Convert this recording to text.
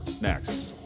next